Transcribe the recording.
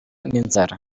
n’inzara